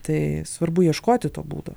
tai svarbu ieškoti to būdo